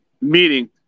meeting